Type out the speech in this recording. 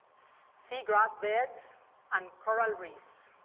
seagrass beds and coral reefs.